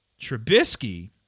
Trubisky